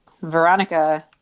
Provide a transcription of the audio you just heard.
Veronica